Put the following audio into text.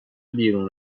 بیرون